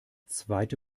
zweite